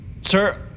Sir